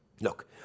Look